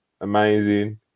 amazing